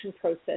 process